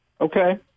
Okay